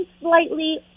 slightly